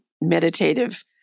meditative